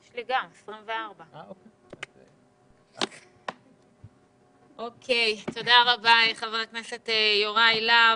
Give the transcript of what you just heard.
יש לי גם 24. תודה רבה, חבר הכנסת יוראי להב.